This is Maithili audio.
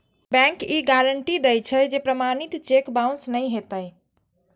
बैंक ई गारंटी दै छै, जे प्रमाणित चेक बाउंस नै हेतै